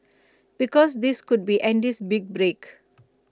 because this could be Andy's big break